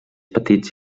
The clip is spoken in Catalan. petits